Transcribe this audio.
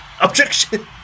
OBJECTION